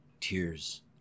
Tears